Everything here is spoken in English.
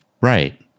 right